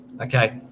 Okay